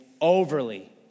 overly